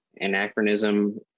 anachronism